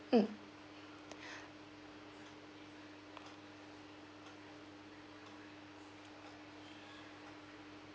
mm